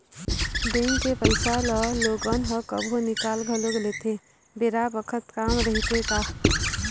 bank के पइसा ल लोगन ह कभु निकाल घलोक लेथे बेरा बखत काम रहिथे ता